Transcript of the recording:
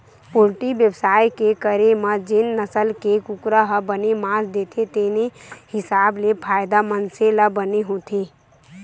poultry बेवसाय के करे म जेन नसल के कुकरा ह बने मांस देथे तेने हिसाब ले फायदा मनसे ल बने होथे